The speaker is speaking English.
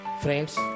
Friends